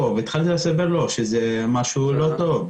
והתחלתי לספר לו שזה משהו לא טוב,